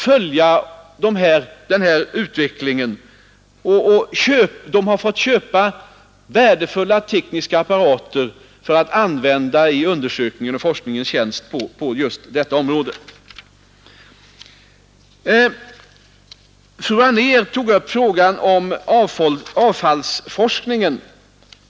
Naturvårdsverket har fått köpa värdefulla tekniska apparater till undersökningens och forskningens tjänst just för att följa utvecklingen på detta område. Fru Anér tog upp frågan om avfallsforskningen.